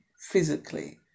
physically